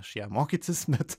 aš ją mokytis bet